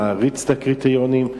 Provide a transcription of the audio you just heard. להריץ את הקריטריונים,